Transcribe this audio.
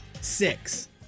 Six